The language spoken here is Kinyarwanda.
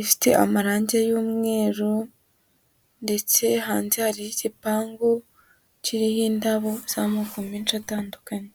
ifite amarange y'umweru ndetse hanze hariho gipangu kiriho indabo z'amako menshi atandukanye.